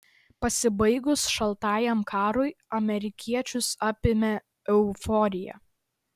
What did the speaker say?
pasibaigus šaltajam karui amerikiečius apėmė euforija